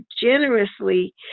generously